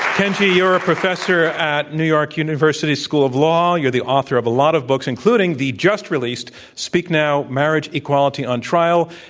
kenji, you're a professor at new york university school of law. you're the author of a lot of books, including the just released speak now marriage equality on trial.